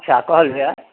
अच्छा कहल जाय